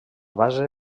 base